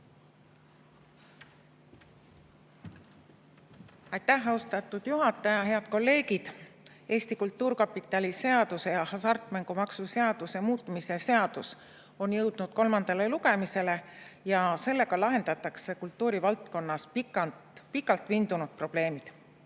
Aitäh, austatud juhataja! Head kolleegid! Eesti Kultuurkapitali seaduse ja hasartmängumaksu seaduse muutmise seaduse [eelnõu] on jõudnud kolmandale lugemisele ja sellega lahendatakse kultuurivaldkonnas pikalt vindunud probleemid.